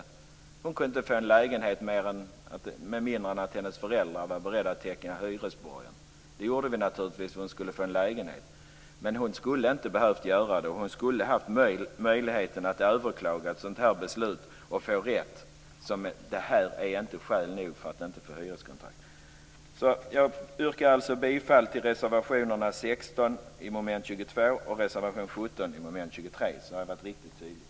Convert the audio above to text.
Men hon kunde inte få en lägenhet med mindre än att hennes föräldrar vara beredda att teckna hyresborgen. Det gjorde vi naturligtvis för att hon skulle få en lägenhet, men det skulle inte ha behövts. Hon skulle haft möjlighet att överklaga beslutet och få rätt, för det fanns inget skäl för att inte få ett hyreskontrakt. Jag yrkar alltså bifall till reservation 16 under mom. 22 och till reservation 17 under mom. 23, så har jag varit riktigt tydlig.